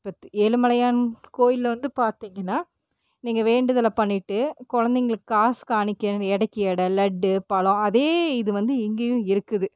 இப்போ ஏழுமலையான் கோவில்ல வந்து பார்த்தீங்கன்னா நீங்கள் வேண்டுதலை பண்ணிகிட்டு குழந்தைங்களுக்கு காசு காணிக்கை எடைக்கு எடை லட்டு பழம் அதே இது வந்து இங்கேயும் இருக்குது